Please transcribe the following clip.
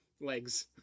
legs